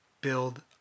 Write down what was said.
build